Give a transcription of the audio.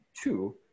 Two